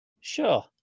sure